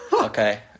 Okay